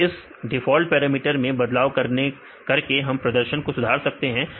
तो इस default parameter में बदलाव करके हम प्रदर्शन को सुधार सकते हैं